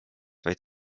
vaid